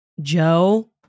Joe